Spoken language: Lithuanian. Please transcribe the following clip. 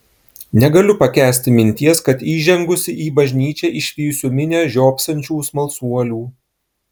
negaliu pakęsti minties kad įžengusi į bažnyčią išvysiu minią žiopsančių smalsuolių